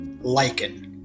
Lichen